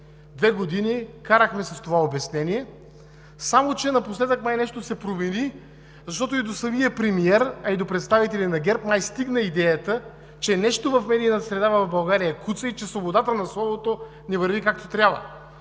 Две години карахме с това обяснение, само че напоследък май нещо се промени, защото и до самия премиер, а и до представители на ГЕРБ май стигна идеята, че нещо в медийната среда в България куца и свободата на словото не върви както трябва.